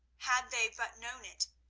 had they but known it,